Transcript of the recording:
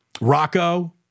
Rocco